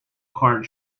card